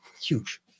huge